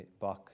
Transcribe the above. back